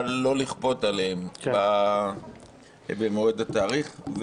אבל לא לכפות עליהם במועד התאריך.